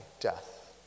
death